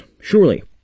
Surely